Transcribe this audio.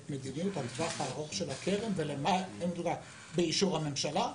את מדיניות הטווח הארוך של הקרן באישור הממשלה.